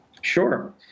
Sure